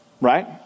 right